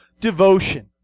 devotion